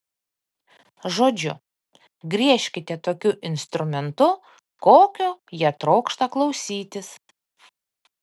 žodžiu griežkite tokiu instrumentu kokio jie trokšta klausytis